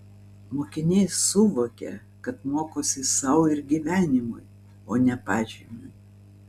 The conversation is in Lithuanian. mokiniai suvokia kad mokosi sau ir gyvenimui o ne pažymiui